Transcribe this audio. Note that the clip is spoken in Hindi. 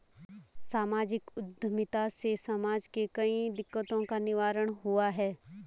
सामाजिक उद्यमिता से समाज के कई दिकक्तों का निवारण हुआ है